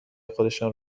خودشان